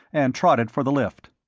and trotted for the lift.